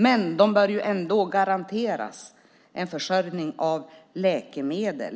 Men de bör ändå garanteras försörjning av läkemedel.